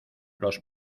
los